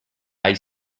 hay